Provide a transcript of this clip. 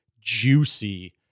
juicy